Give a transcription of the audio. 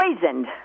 poisoned